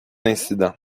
incident